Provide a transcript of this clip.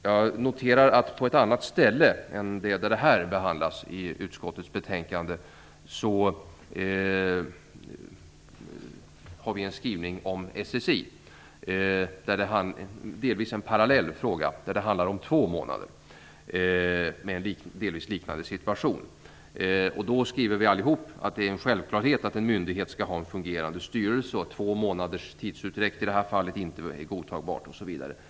Jag noterar att det på ett annat ställe än där detta ärende behandlas i utskottets betänkande finns en skrivning om SSI i en delvis parallell fråga där det handlar om två månader med en delvis liknande situation. Då skriver vi allihop att det är en självklarhet att en myndighet skall ha en fungerande styrelse och att två månaders tidsutdräkt i det här fallet inte är godtagbart, osv.